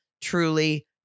truly